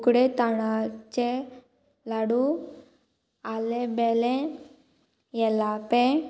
उकडे ताणाचे लाडू आलेबेलें येलापें